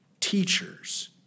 teachers